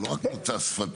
זה לא רק מוצא שפתיך,